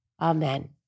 Amen